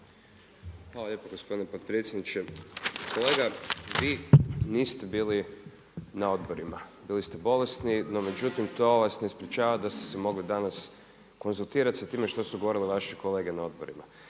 Hvala lijepo gospodine podpredsjedniče. Kolega vi niste bili na odborima, bili ste bolesni, no međutim to vas ne sprečava da ste se mogli danas konzultirati sa time što su govorile vaše kolege na odborima.